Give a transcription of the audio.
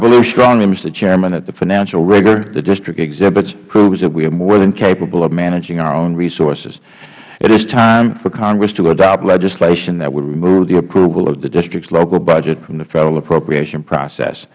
believe strongly mister chairman that the financial rigor the district exhibits proves that we are more than capable of managing our own resources it is time for congress to adopt legislation that would remove the approval of the district's local budget from the federal appropriation process